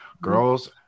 girls